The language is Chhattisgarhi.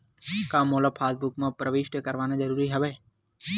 का मोला पासबुक म प्रविष्ट करवाना ज़रूरी हवय?